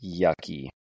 yucky